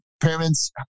parents